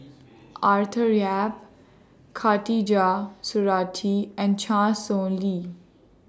Arthur Yap Khatijah Surattee and Chan Sow Lin